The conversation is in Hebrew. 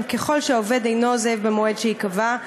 ככל שהעובד אינו עוזב במועד שייקבע,